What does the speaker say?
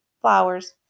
flowers